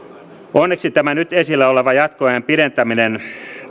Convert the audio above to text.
onneksi tämä nyt esillä oleva jatkoajan pidentäminen